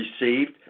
received